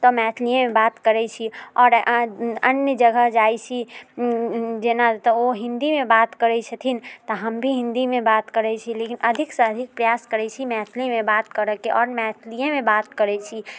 तऽ मैथिलिएमे बात करैत छी आओर अन्य जगह जाइत छी जेना तऽ ओ हिन्दीमे बात करैत छथिन तऽ हम भी हिन्दीमे बात करैत छी लेकिन अधिकसँ अधिक प्रयास करैत छी मैथिलीमे बात करऽ के आओर मैथलिएमे बात करैत छी